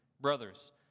brothers